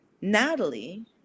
Natalie